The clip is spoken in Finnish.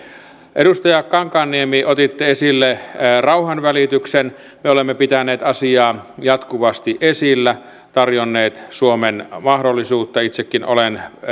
edustaja kankaanniemi otitte esille rauhanvälityksen me olemme pitäneet asiaa jatkuvasti esillä tarjonneet suomen mahdollisuutta itsekin olen